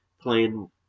playing